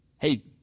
Hey